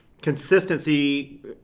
consistency